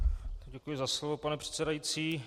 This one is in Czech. Děkuji za slovo, pane předsedající.